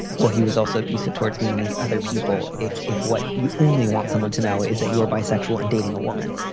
well, he was also abusive towards me and these other people. if if what you only want someone to know is that you are bisexual and dating a woman.